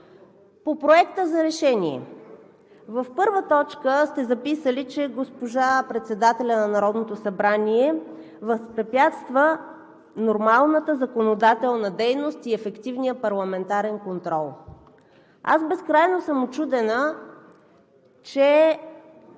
По Проекта за решение. В първа точка сте записали, че госпожа председателят на Народното събрание възпрепятства нормалната законодателна дейност и ефективния парламентарен контрол. Аз безкрайно съм учудена, че